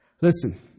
Listen